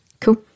Cool